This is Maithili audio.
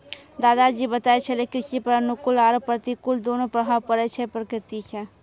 दादा जी बताय छेलै कृषि पर अनुकूल आरो प्रतिकूल दोनों प्रभाव पड़ै छै प्रकृति सॅ